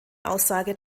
aussage